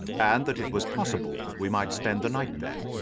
and that it was possible that we might spend the night there.